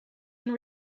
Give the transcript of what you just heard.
and